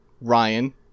ryan